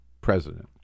president